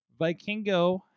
Vikingo